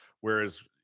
whereas